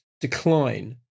decline